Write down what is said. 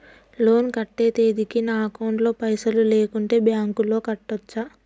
Loan కట్టే తేదీకి నా అకౌంట్ లో పైసలు లేకుంటే బ్యాంకులో కట్టచ్చా?